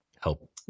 help